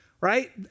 Right